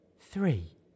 three